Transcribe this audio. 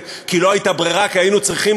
לפשרה,